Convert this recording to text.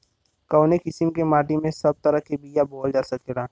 कवने किसीम के माटी में सब तरह के बिया बोवल जा सकेला?